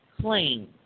claim